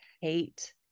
hate